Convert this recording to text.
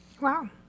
Wow